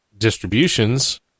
Distributions